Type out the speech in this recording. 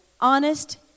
honest